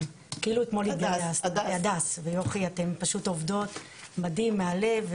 הדס ויוכי, אתן עובדות מדהים, מהלב,